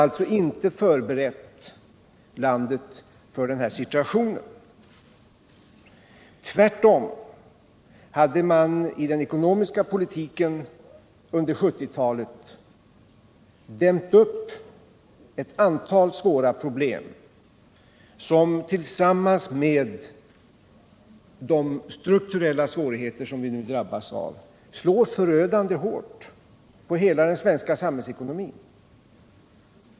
Landet var inte förberett för denna situation. Tvärtom hade ett antal svåra problem i den ekonomiska politiken under 1970-talet dämts upp, vilka tillsammans med de strukturella svårigheter vi nu drabbats av slår förödande hårt på hela den svenska samhällsekonomin.